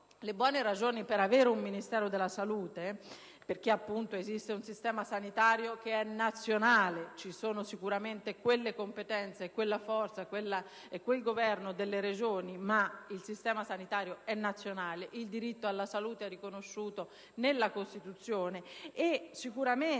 buone ragioni per istituire un Ministero della salute, è perché esiste un sistema sanitario nazionale. Vi sono certamente le competenze, la forza e il governo delle Regioni, ma il sistema sanitario è nazionale e il diritto alla salute è riconosciuto nella Costituzione. Sicuramente,